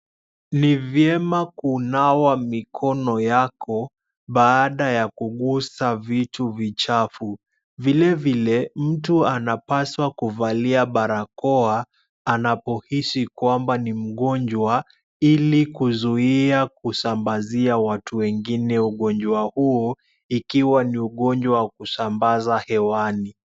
Ni vyema kunawa mikono yako baada ya kugusa vitu vichafu, vilevile mtu anapaswa kuvalia barakoa anapohisi kwamba ni mgonjwa ili kuzuia kusambazia watu wengine ugonjwa huo ikiwa ni ugonjwa wa kusambazwa hewani.